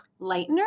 lightener